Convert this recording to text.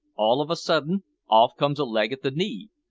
all of a sudden off comes a leg at the knee.